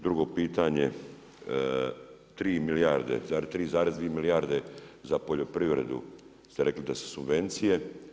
Drugo pitanje, tri milijarde zar 3,2 milijarde za poljoprivredu ste rekli da su subvencije.